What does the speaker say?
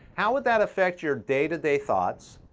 how would that affect your day to day thoughts,